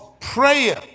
prayer